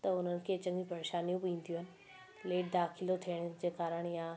त उन्हनि खे चङी परेशानियूं बि ईंदियूं आहिनि लेट दाख़िलो थियण जे कारणि या